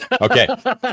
Okay